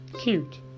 Cute